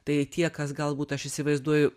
tai tie kas galbūt aš įsivaizduoju